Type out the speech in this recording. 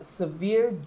severe